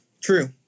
true